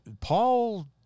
Paul